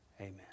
Amen